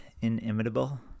Inimitable